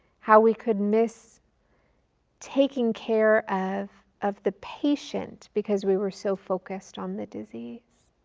how we could miss taking care of of the patient because we were so focused on the disease.